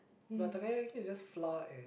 but Takoyaki is just flour and